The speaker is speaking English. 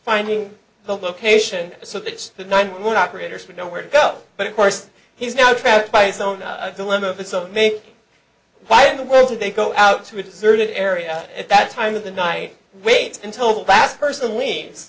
finding the location so that the nine one operators would know where to go but of course he's now trapped by his own dilemma it's a make why in the world do they go out to a deserted area at that time of the night wait until the back person leaves